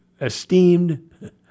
esteemed